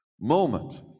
moment